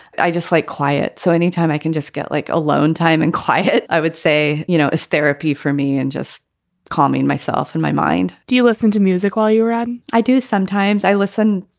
i just like quiet. so any time i can just get like alone time and quiet, i would say, you know, as therapy for me and just calming myself in my mind do you listen to music while you read? i do. sometimes i listen.